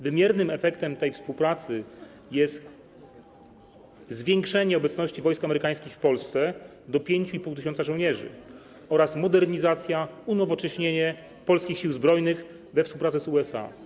Wymiernym efektem tej współpracy jest zwiększenie obecności, liczebności wojsk amerykańskich w Polsce do 5500 żołnierzy oraz modernizacja, unowocześnienie polskich Sił Zbrojnych we współpracy z USA.